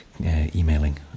emailing